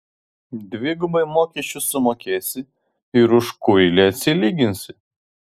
dvigubai mokesčius sumokėsi ir už kuilį atsilyginsi